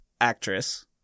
actress